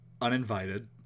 uninvited